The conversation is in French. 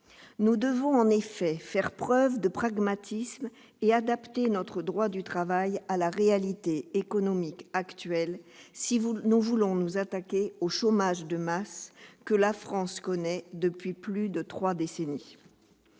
Nous devons en effet faire preuve de pragmatisme et adapter notre droit du travail à la réalité économique actuelle si nous voulons nous attaquer au chômage de masse que la France connaît depuis plus de trois décennies.